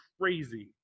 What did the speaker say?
crazy